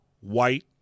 white